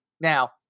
Now